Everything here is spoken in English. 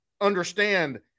understand